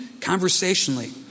conversationally